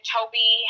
Toby